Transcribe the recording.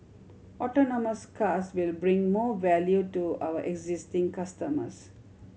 autonomous cars will bring more value to our existing customers